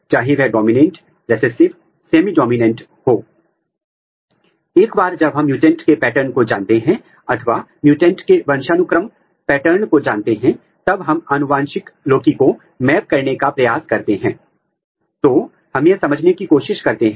spatial और temporal gene अभिव्यक्ति pattern का अध्ययन करने के अन्य तरीके भी हैं जो प्रमोटर रिपोर्टर ऐसे और प्रमोटर ट्रैपिंग हैं हम एक एक करके चर्चा करेंगे